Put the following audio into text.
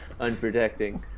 unprotecting